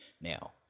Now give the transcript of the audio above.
Now